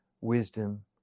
wisdom